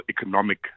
economic